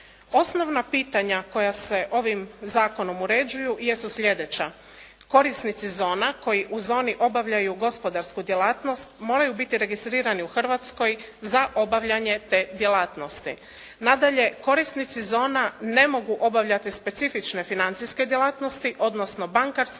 Osnovna pitanja koja se ovim zakonom uređuju jesu slijedeća. Korisnici zona koji u zoni obavljaju gospodarsku djelatnost moraju biti registrirani u Hrvatskoj za obavljanje te djelatnosti. Nadalje, korisnici zona ne mogu obavljati specifične financijske djelatnosti, odnosno bankarske